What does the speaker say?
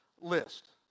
list